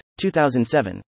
2007